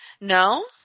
No